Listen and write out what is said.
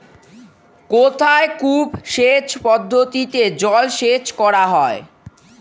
কোথায় কূপ সেচ পদ্ধতিতে জলসেচ করা হয়?